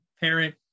parent